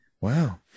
Wow